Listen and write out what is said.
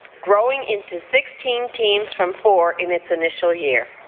growing into sixteen teams from four in its initial year.